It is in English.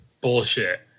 bullshit